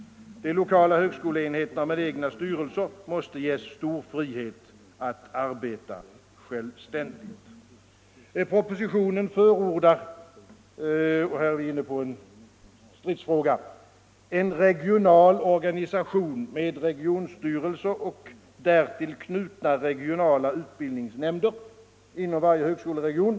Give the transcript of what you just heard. De lokala högskoleenheterna med egna styrelser måste ges stor frihet att arbeta självständigt. Propositionen förordar — här är vi inne på en stridsfråga — en regional organisation med regionstyrelse och därtill knutna regionala utbildningsnämnder inom varje högskoleregion.